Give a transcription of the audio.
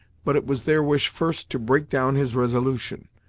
but it was their wish first to break down his resolution,